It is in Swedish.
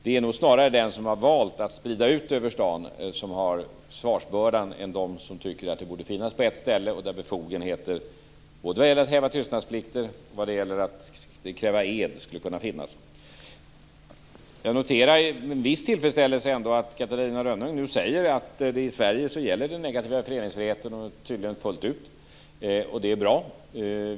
Det är nog snarare den som har valt att sprida ut det som har svarsbördan än de som tycker att det borde finnas på ett ställe och där befogenheter både vad gäller att häva tystnadsplikter och vad gäller att kräva ed skulle kunna finnas. Jag noterar med viss tillfredsställelse att Catarina Rönnung nu ändå säger att den negativa föreningsfriheten i Sverige gäller fullt ut. Det är bra.